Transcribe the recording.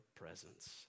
presence